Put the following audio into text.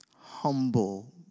humble